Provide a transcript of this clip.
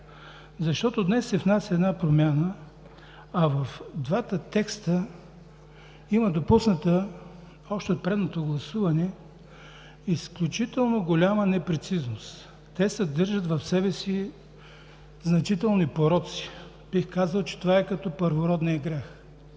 защото днес се внася промяна, а в двата текста има допусната още от предното гласуване изключително голяма непрецизност. Те съдържат в себе си значителни пороци. Бих казал, че това е като първородния грях.